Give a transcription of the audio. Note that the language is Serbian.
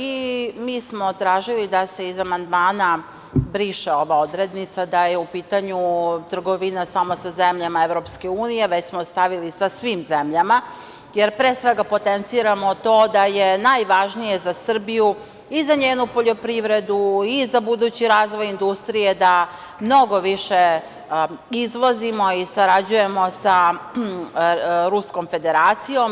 I mi smo tražili da se iz amandmana briše ova odrednica da je u pitanju trgovina samo sa zemljama EU, već smo stavili sa svim zemljama, jer pre svega potenciramo to da je najvažnije za Srbiju i za njenu poljoprivredu i za budući razvoj industrije da mnogo više izvozimo i sarađujemo sa Ruskom Federacijom.